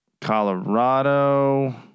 Colorado